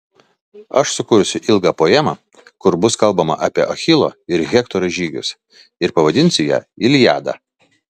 aš sukursiu ilgą poemą kur bus kalbama apie achilo ir hektoro žygius ir pavadinsiu ją iliada